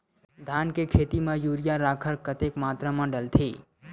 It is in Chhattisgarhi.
धान के खेती म यूरिया राखर कतेक मात्रा म डलथे?